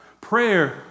Prayer